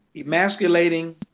Emasculating